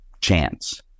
chance